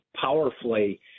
powerfully